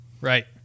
Right